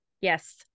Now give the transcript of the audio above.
Yes